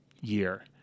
year